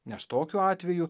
nes tokiu atveju